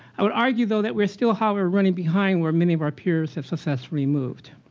i would argue, though, that we're still, however, running behind where many of our peers have successfully moved.